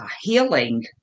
healing